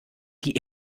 die